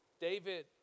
David